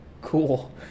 cool